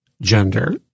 gender